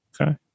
Okay